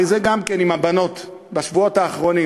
ועל זה גם כן דיברתי עם הבנות בשבועות האחרונים,